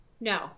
No